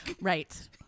Right